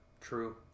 True